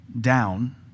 down